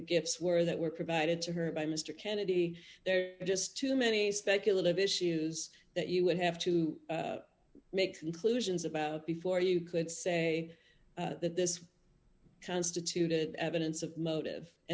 gifts were that were provided to her by mr kennedy there are just too many speculative issues that you would have to make conclusions about before you could say that this constituted evidence of motive and